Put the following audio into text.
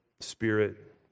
spirit